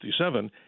1967